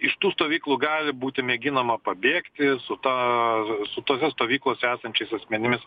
iš tų stovyklų gali būti mėginama pabėgti su ta su tose stovyklose esančiais asmenimis